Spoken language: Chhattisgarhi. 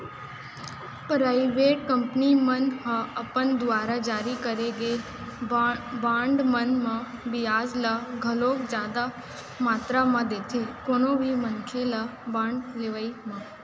पराइबेट कंपनी मन ह अपन दुवार जारी करे गे बांड मन म बियाज ल घलोक जादा मातरा म देथे कोनो भी मनखे ल बांड लेवई म